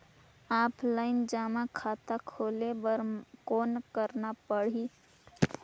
Offline जमा खाता खोले बर कौन करना पड़ही?